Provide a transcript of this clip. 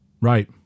Right